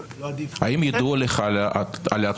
האם ידוע לך על הצעות